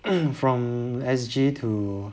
from S_G to